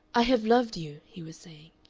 i have loved you, he was saying,